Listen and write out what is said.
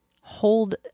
hold